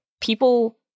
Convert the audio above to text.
people